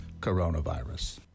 coronavirus